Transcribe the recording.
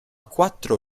quattro